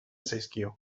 zaizkio